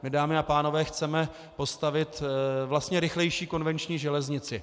My, dámy a pánové, chceme postavit vlastně rychlejší konvenční železnici.